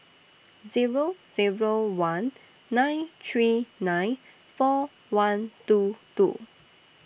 Zero Zero one nine three nine four one two two